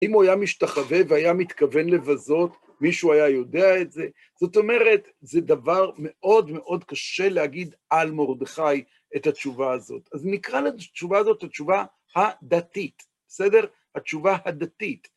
אם הוא היה משתחווה והיה מתכוון לבזות, מישהו היה יודע את זה? זאת אומרת, זה דבר מאוד מאוד קשה להגיד על מרדכי את התשובה הזאת. אז נקרא לתשובה הזאת התשובה הדתית, בסדר? התשובה הדתית.